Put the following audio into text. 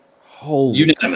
Holy